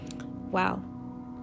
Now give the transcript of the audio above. wow